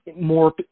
more